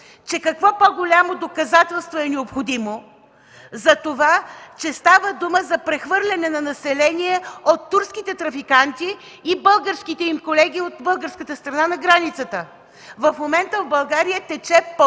Че какво по-голямо доказателство е необходимо за това, че става дума за прехвърляне на население от турските трафиканти и българските им колеги от българската страна на границата? В момента в България тече поток от